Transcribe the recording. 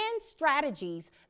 strategies